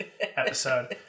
episode